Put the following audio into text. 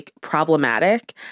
problematic